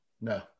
No